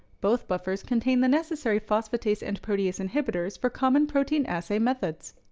both buffers contain the necessary phosphatase and proteus inhibitors for common protein assay methods.